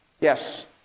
Yes